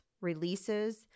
releases